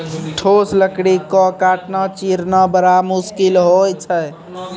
ठोस लकड़ी क काटना, चीरना बड़ा मुसकिल होय छै